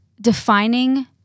defining